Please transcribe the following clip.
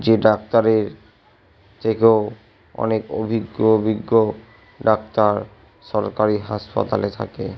যে ডাক্তারের যে কেউ অনেক অভিজ্ঞ অভিজ্ঞ ডাক্তার সরকারি হাসপাতালে থাকে